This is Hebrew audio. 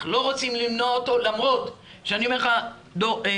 אנחנו לא רוצים למנוע אותו למרות שאני אומר לך דורון,